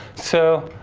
so,